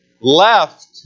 left